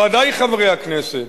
ודאי של חברי הכנסת,